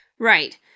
Right